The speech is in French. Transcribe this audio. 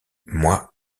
moi